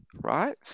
right